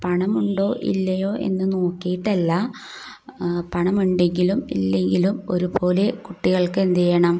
പണമുണ്ടോ ഇല്ലയോ എന്നു നോക്കിയിട്ടല്ല പണമുണ്ടെങ്കിലും ഇല്ലെങ്കിലും ഒരുപോലെ കുട്ടികൾക്ക് എന്തു ചെയ്യണം